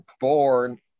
born